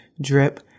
Drip